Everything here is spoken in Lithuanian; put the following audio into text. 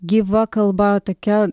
gyva kalba tokia